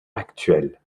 actuel